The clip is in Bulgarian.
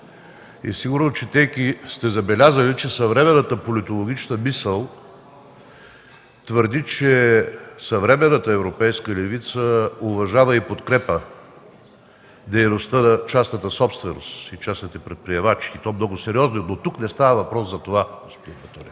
и сигурно, четейки, сте забелязали, че съвременната политологична мисъл твърди, че съвременната европейска левица уважава и подкрепя дейността на частната собственост, на частните предприемачи, и то много сериозно. Но тук не става въпрос за това. Въобще никой